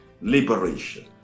liberation